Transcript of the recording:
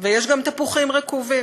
ויש גם תפוחים רקובים,